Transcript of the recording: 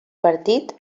partit